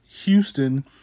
Houston